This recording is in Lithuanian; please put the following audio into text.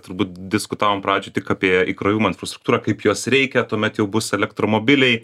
turbūt diskutavom pradžioj tik apie įkrovimo infrastruktūrą kaip jos reikia tuomet jau bus elektromobiliai